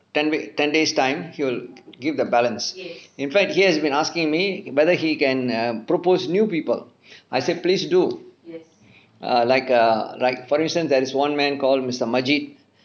ten week ten days time he'll give the balance in fact he has been asking me whether he can err proposed new people I said please do err like err like more recent there's one man called mister majid